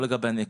לא לגבי הניכוי?